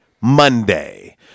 Monday